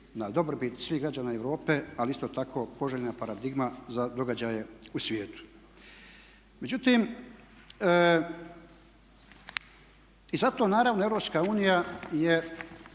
na dobrobit svih građana Europe ali isto tako poželjna je paradigma za događaje u svijetu. Međutim i zato naravno Europska